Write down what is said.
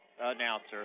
announcer